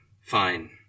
Fine